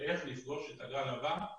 איך לפגוש את הגל הבא,